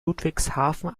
ludwigshafen